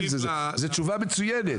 זו תשובה מצוינת.